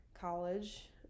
college